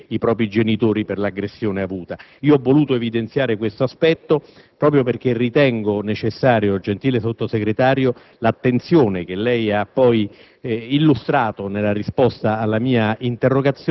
e non hanno voluto sporgere denuncia per non intimorire i propri genitori per l'aggressione subita. Ho voluto evidenziare questo aspetto proprio perché ritengo necessaria, gentile Sottosegretario, l'attenzione da lei